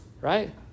right